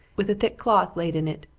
with a thick cloth laid in it.